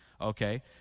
okay